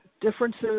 differences